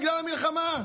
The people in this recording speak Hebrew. בגלל המלחמה.